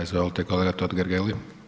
Izvolite kolega Totgergeli.